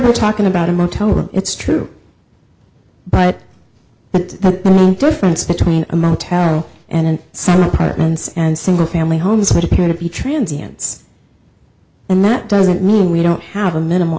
you're talking about a motel room it's true but that the only difference between a motel and some apartments and single family homes would appear to be transients and that doesn't mean we don't have a minimal